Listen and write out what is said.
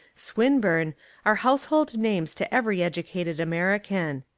swinburne are household names to every educated american.